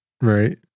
right